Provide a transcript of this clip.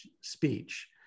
speech